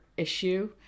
issue